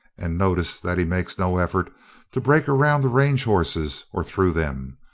and notice that he makes no effort to break around the range horses or through them.